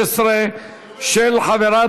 ותועבר לוועדת העבודה, הרווחה והבריאות